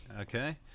okay